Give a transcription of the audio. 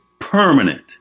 permanent